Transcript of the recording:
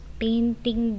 painting